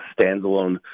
standalone